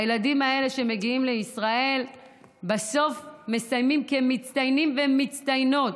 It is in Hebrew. הילדים האלה שמגיעים לישראל בסוף מסיימים כמצטיינים ומצטיינות.